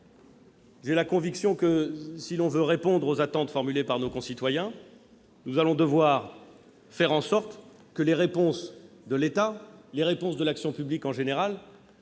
J'ai la conviction que, si l'on veut répondre aux attentes formulées par nos concitoyens, nous allons devoir faire en sorte que les réponses de l'État, et de l'action publique en général,